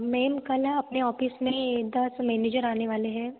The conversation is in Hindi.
मेन का ना अपने ऑफ़िस में दस मेनेजर आने वाले हैं